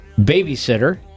Babysitter